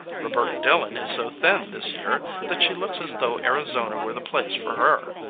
roberta dillon is so thin this year that she looks as though arizona were the place for her.